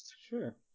Sure